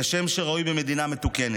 כשם שראוי במדינה מתוקנת,